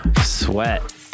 Sweat